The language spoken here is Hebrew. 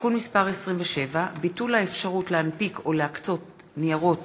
(תיקון מס' 27) (ביטול האפשרות להנפיק או להקצות ניירות